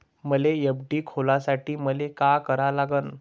मले एफ.डी खोलासाठी मले का करा लागन?